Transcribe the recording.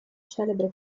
celebre